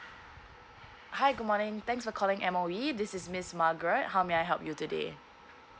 hi good morning thanks for calling M_O_E this is miss margaret how may I help you today